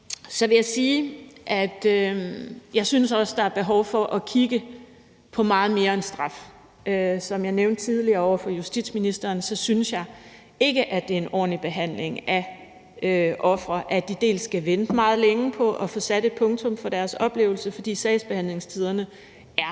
Så vil jeg sige, at jeg også synes, at der er behov for at kigge på meget mere end straf. Som jeg nævnte tidligere over for justitsministeren, synes jeg ikke, at det er en ordentlig behandling af ofre, at de dels skal vente meget længe på at få sat et punktum for deres oplevelse, fordi sagsbehandlingstiderne er